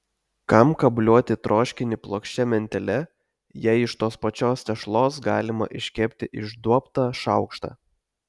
kam kabliuoti troškinį plokščia mentele jei iš tos pačios tešlos galima iškepti išduobtą šaukštą